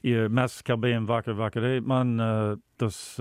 ir mes kalbėjom vakar vakare i man tas